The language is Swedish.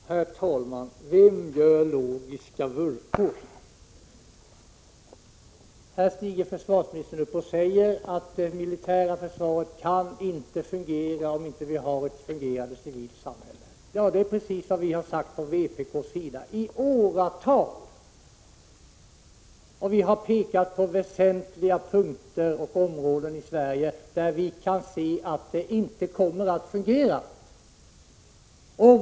Herr talman! Vem gör logiska vurpor? Här stiger försvarsministern upp och säger att det militära försvaret inte kan fungera om vi inte har ett fungerande civilt samhälle. Ja, det är precis vad vi har sagt från vpk:s sida i åratal. Vi har pekat på väsentliga punkter och områden i Sverige där vi kan se att det inte kommer att fungera.